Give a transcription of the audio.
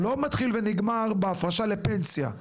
הוא לא מתחיל ונגמר בהפרשה לפנסיה.